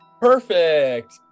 perfect